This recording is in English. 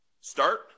Start